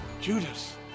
Judas